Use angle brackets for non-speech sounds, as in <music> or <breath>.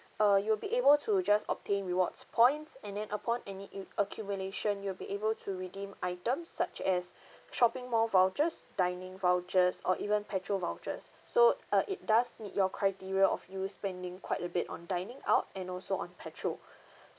uh you'll be able to just obtain rewards points and then upon any i~ accumulation you'll be able to redeem items such as <breath> shopping mall vouchers dining vouchers or even petrol vouchers so uh it does meet your criteria of you spending quite a bit on dining out and also on petrol